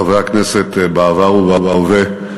חברי הכנסת בעבר ובהווה,